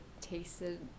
tasted